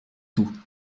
tout